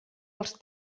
els